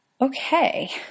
Okay